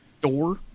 door